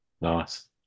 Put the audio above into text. Nice